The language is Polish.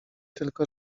tylko